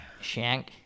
shank